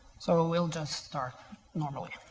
so ah we'll just start normally,